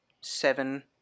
seven